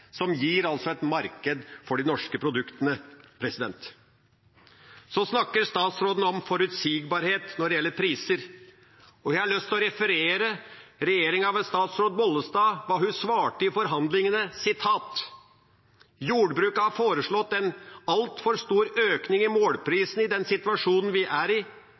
som gir et marked for de norske produktene. Så snakker statsråden om forutsigbarhet når det gjelder priser. Jeg har lyst til å referere hva regjeringa, ved statsråd Bollestad, svarte i forhandlingene: Jordbruket har foreslått en altfor stor økning i målprisen i den situasjonen vi er i.